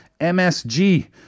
MSG